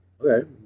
Okay